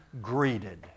greeted